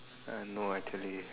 uh no actually